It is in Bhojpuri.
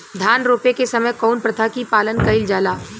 धान रोपे के समय कउन प्रथा की पालन कइल जाला?